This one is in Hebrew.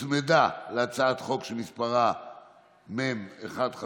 הוצמדה להצעת חוק שמספרה מ/1543,